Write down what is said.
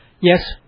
Yes